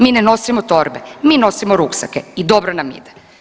Mi ne nosimo torbe, mi nosimo ruksake i dobro nam ide.